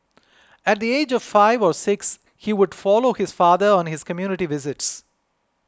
at the age of five or six he would follow his father on his community visits